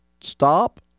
Stop